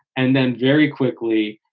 and then very quickly,